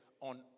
on